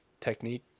technique